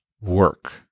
work